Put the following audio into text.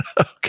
Okay